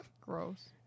Gross